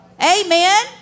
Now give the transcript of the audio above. Amen